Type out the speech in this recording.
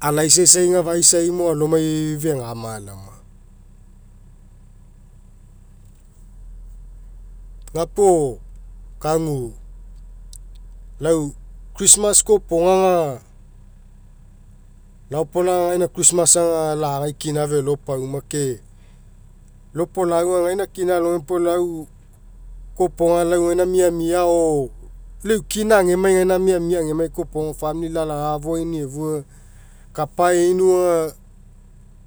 alaisaisa aga faisai mo alomai fegama laoma. Gapuo kagu lau christma kopoga aga laopolaga aga againa christmas aga lagai kina felo pauma ke lau opoa'au aga gaina kina alogai pau lau kopoga lau gaina miamia lau eu kina agemai gaina miamia agemai kopoga famili laki'afouaini'i efua kapa eniu aga.